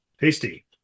tasty